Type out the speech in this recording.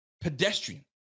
pedestrian